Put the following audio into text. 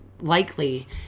likely